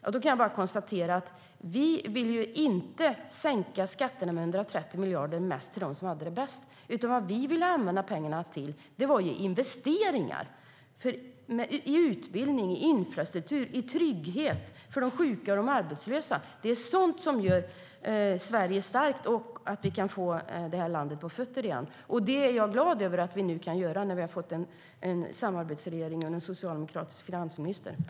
Jag kan bara konstatera att vi inte ville sänka skatterna med 130 miljarder, mest till dem som har det bäst. Vad vi ville använda pengarna till var investeringar i utbildning, infrastruktur och trygghet för de sjuka och de arbetslösa. Det är sådant som gör Sverige starkt, så att vi kan få det här landet på fötter igen. Det är jag glad över att vi nu kan när vi har fått en samarbetsregering med en socialdemokratisk finansminister.